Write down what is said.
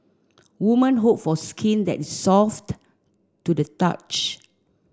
women hope for skin that is soft to the touch